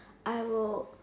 I will